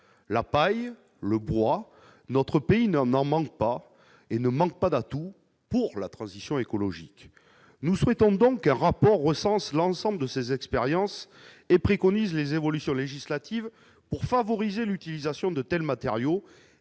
la paille, le bois, notre pays n'en manque pas, et il ne manque pas non plus d'atouts pour la transition écologique. Nous souhaitons donc qu'un rapport recense l'ensemble de ces expériences et préconise les évolutions législatives favorisant l'utilisation de tels matériaux